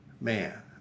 man